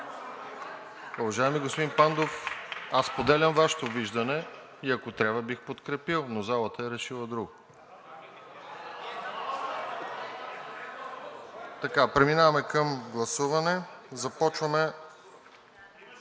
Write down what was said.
Уважаеми господин Пандов, аз споделям Вашето виждане и ако трябва, бих подкрепил, но залата е решила друго. Преминаваме към гласуване. Започваме…